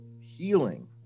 healing